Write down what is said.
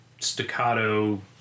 staccato